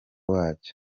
wacyo